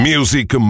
Music